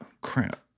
crap